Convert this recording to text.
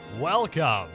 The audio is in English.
Welcome